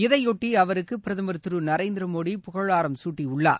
இதையொட்டி அவருக்கு பிரதமர் நரேந்திர மோடி புகழாரம் சூட்டியுள்ளார்